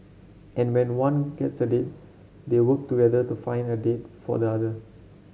and when one gets a date they work together to find a date for the other